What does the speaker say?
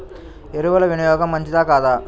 ఎరువుల వినియోగం మంచిదా కాదా?